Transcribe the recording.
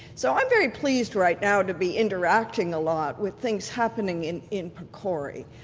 so i'm very pleased right now to be interacting a lot with things happening in in pcori.